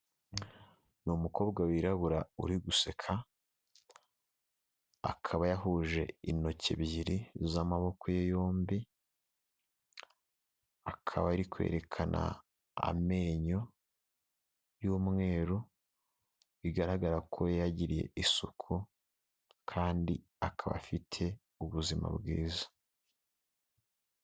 Ni umukobwa wirabura uri guseka, akaba yahuje intoki ebyiri z'amaboko ye yombi, akaba ari kwerekana amenyo y'umweru, bigaragara ko yayagiriye isuku kandi akaba afite ubuzima bwiza.